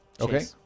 Okay